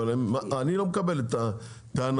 אני לא מקבל את הטענה.